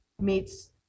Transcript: meets